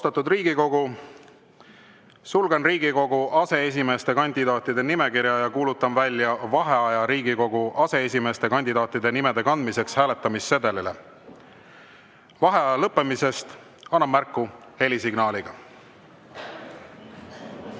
Vaheaja lõppemisest annan märku helisignaaliga.V